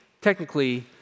technically